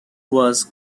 was